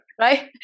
Right